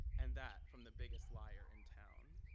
and that from the biggest liar in town,